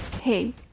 Hey